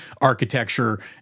architecture